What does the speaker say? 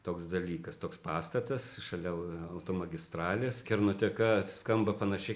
toks dalykas toks pastatas šalia automagistralės kernoteka skamba panašiai